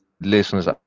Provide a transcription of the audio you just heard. listeners